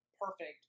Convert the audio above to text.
perfect